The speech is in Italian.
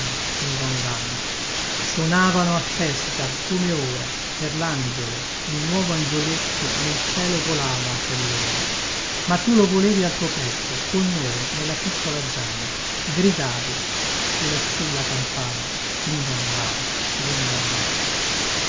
sonavano a festa come ora per langiolo il nuovo angioletto nel cielo volava a quellora ma tu lo volevi al tuo petto con noi nella piccola zana gridavi e lassù la campana din don dan din don dan